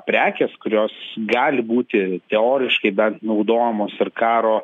prekės kurios gali būti teoriškai bent naudojamos ir karo